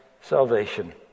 salvation